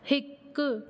हिकु